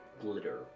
glitter